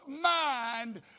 mind